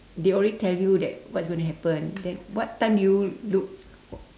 they're tell you that what's going to happen then what time do you look